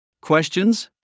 Questions